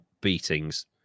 beatings